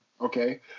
okay